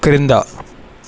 క్రింద